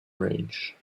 range